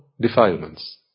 defilements